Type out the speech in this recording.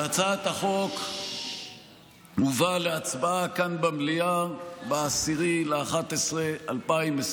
הצעת החוק הובא להצבעה כאן במליאה ב-10 בנובמבר